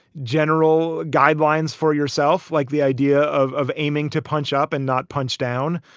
general guidelines for yourself. like the idea of of aiming to punch up and not punch down,